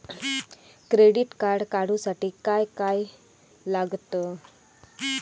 Credit card काढूसाठी काय काय लागत?